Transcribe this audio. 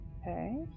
Okay